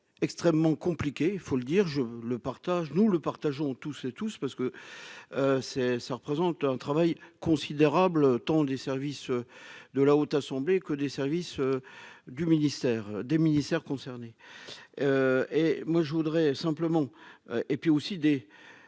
extrêmement compliqué, il faut le dire, je le partage, nous le partageons tous ces tous parce que c'est ça représente un travail considérable, tant des services de la haute assemblée que des services du ministère des ministères concernés et moi je voudrais simplement et puis aussi des